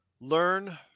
learn